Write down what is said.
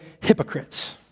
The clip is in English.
hypocrites